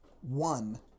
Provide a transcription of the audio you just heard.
one